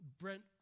Brent